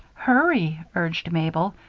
hurry, urged mabel,